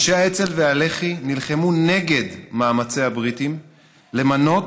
אנשי האצ"ל והלח"י נלחמו נגד מאמצי הבריטים למנוע